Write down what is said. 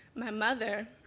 my mother,